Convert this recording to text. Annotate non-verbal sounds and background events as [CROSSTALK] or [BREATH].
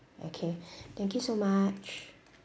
okay [BREATH] thank you so much